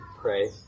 pray